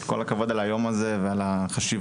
כל הכבוד על היום הזה ועל החשיבות,